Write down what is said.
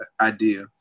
idea